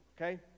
okay